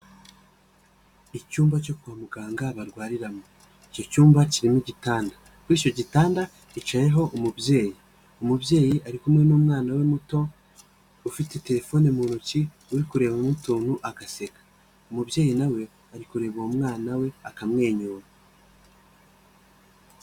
Icyumba cyo kwa muganga barwariramo, icyo cyumba kirimo igitanda, ku icyo gitanda gicayeho umubyeyi, umubyeyi ari kumwe n'umwana we muto ufite telefone mu ntoki uri kurebamo utuntu agaseka , umubyeyi nawe we ari kureba uwo mwana we akamwenyura.